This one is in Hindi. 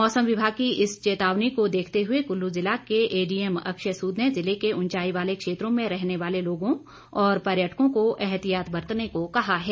मौसम विभाग की इस चेतावनी को देखते हुए कुल्लू जिला के एडीएम अक्षय सूद ने जिले के ऊंचाई वाले क्षेत्रों में रहने वाले लोगों और पर्यटकों को एहतियात बरतने को कहा है